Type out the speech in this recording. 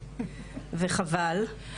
וחבל.